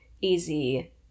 easy